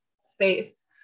space